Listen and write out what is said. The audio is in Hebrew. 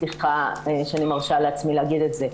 סליחה שאני מרשה לעצמי להגיד את זה.